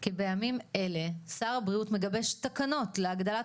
כי בימים אלה שר הבריאות מגבש תקנות להגדלת